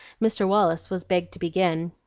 mr. wallace was begged to begin.